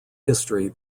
history